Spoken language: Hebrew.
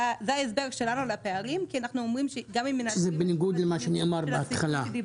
זה ההסבר שלנו לפערים -- שזה בניגוד למה שנאמר בהתחלה.